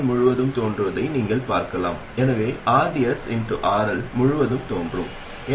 நான் இதை vo என்று வரையறுத்தால் இந்த வெளியீட்டு மின்னழுத்தம் என்ன vo io RDRDRLRL